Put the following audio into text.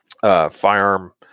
firearm